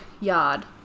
yard